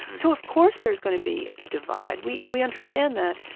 so of course there's going to be a divide. we we understand that.